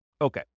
Okay